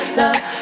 love